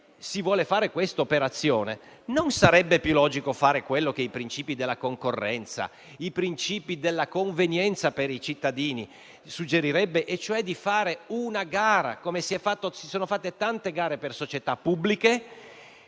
non sarebbe più logico fare quello che i principi della concorrenza e della convenienza per i cittadini suggerirebbero, ossia di fare una gara, come se ne sono fatte tante per società pubbliche,